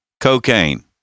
cocaine